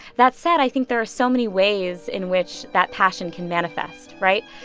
that said, i think there are so many ways in which that passion can manifest, right?